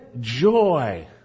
joy